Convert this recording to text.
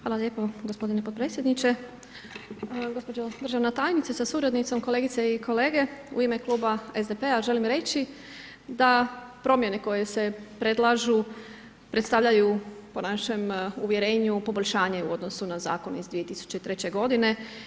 Hvala lijepo, gospodine podpredsjedniče, gospođo državna tajnice sa suradnicom, kolegice i kolege u ime Kluba SDP-a želim reći da promjene koje se predlažu predstavljaju, po našem uvjerenju, poboljšanje u odnosu na zakon iz 2003. godine.